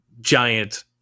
giant